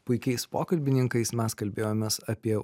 puikiais pokalbininkais mes kalbėjomės apie